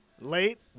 late